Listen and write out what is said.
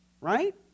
Right